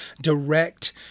direct